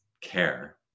care